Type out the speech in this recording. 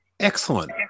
Excellent